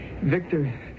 Victor